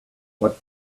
what